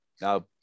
Now